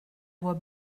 voix